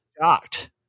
shocked